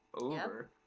over